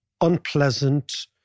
unpleasant